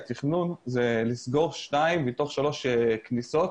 התכנון הוא לסגור שתיים מתוך שלוש כניסות